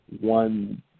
One